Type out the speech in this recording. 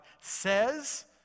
says